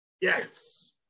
Yes